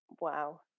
Wow